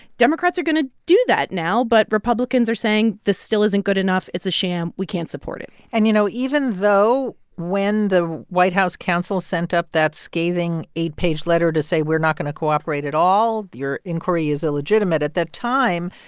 democrats are going to do that now, but republicans are saying, this still isn't good enough. it's a sham. we can't support it and, you know, even though when the white house counsel sent up that scathing eight-page letter to say, we're not going to cooperate at all. your inquiry is illegitimate. at that time,